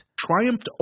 Triumphed